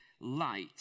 light